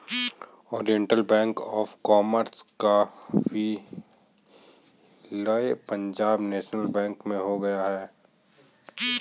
Oriental bank of commerce का विलय Punjab national bank में हो गया है